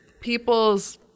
people's